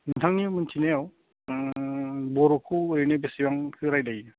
नोंथांनि मिनथिनायाव बर'खौ ओरैनो बिसिबांसो रायलायो